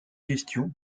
question